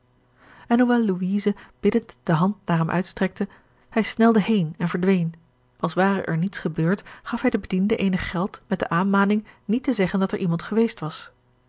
en hoewel louise biddend de handen naar hem uitstrekte hij snelde heen en verdween als ware er niets gebeurd gaf hij den bediende eenig geld met de aanmaning niet te zeggen dat er iemand geweest was